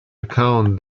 recount